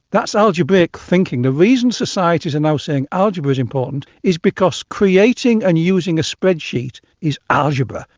that's algebraic thinking. the reason societies are now saying algebra is important is because creating and using a spreadsheet is algebra.